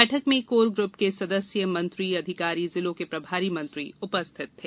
बैठक में core group के सदस्य मंत्री अधिकारी जिलों के प्रभारी मंत्री एवं अधिकारी उपस्थित थे